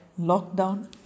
Lockdown